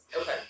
Okay